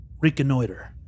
Reconnoiter